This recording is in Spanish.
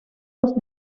los